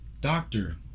doctor